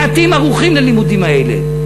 מעטים ערוכים ללימודים האלה,